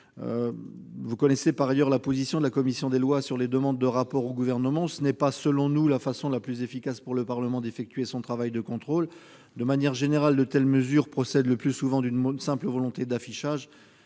vous connaissez la position de la commission des lois sur les demandes de rapport au Gouvernement : telle n'est pas, selon nous, la façon la plus efficace pour le Parlement d'effectuer son travail de contrôle. De manière générale, de telles mesures procèdent le plus souvent d'une simple volonté d'affichage,